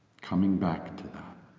coming back to that,